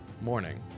morning